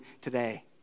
today